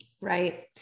Right